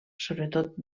sobretot